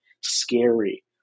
scary